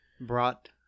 brought